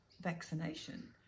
vaccination